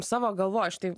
savo galvoj štai